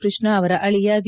ಕೃಷ್ಣಾ ಅವರ ಅಳಿಯ ವಿ